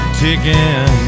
ticking